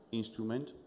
instrument